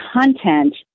content